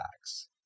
tax